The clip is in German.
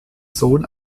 sohn